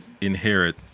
inherit